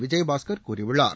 விஜயபாஸ்கள் கூறியுள்ளார்